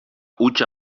hutsa